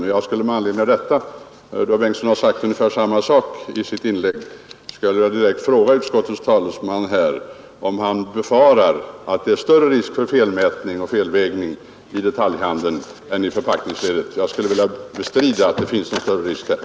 Eftersom herr Bengtsson i Landskrona har sagt ungefär samma sak i sitt inlägg vill jag direkt fråga utskottets talesman om han tror att det är större risk för felmätning och felvägning i detaljhandeln än i förpackningsledet. Detta bestrider nämligen jag.